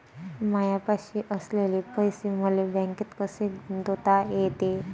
मायापाशी असलेले पैसे मले बँकेत कसे गुंतोता येते?